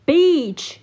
Beach